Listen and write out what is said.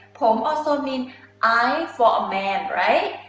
um also means i for a man, right?